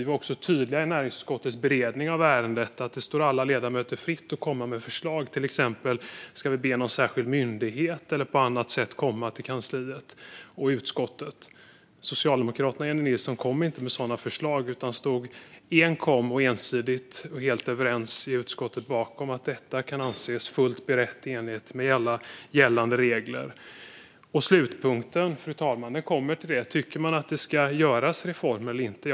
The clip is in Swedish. Vi var också tydliga vid näringsutskottets beredning av ärendet att det står alla ledamöter fritt att komma med förslag, till exempel om vi skulle be någon särskild myndighet eller någon annan att komma till utskottet. Socialdemokraterna och Jennie Nilsson kom inte med sådana förslag utan stod i utskottet helt bakom att detta kan anses fullt berett i enlighet med gällande regler. Fru talman! Slutligen handlar det om huruvida man tycker att det ska genomföras reformer eller inte.